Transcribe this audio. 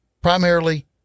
primarily